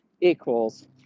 equals